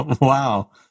Wow